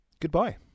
Goodbye